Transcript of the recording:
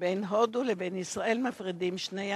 בין הודו לבין ישראל מפרידים שני ימים,